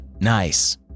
Nice